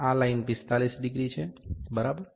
આ line 45 degree છે બરાબર